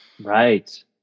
Right